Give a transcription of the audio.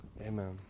Amen